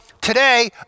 today